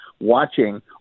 watching